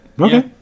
Okay